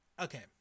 Okay